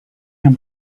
him